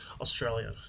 Australia